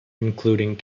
including